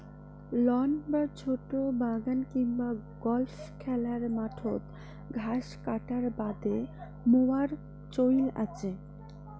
loan বা ছোট বাগান কিংবা গল্ফ খেলার মাঠত ঘাস কাটার বাদে মোয়ার চইল আচে